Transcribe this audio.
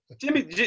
Jimmy